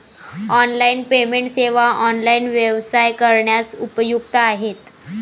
online payment सेवा online व्यवसाय करण्यास उपयुक्त आहेत